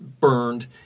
burned